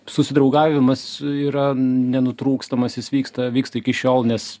susidraugavimas yra nenutrūkstamas jis vyksta vyksta iki šiol nes